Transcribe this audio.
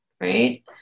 right